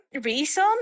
reason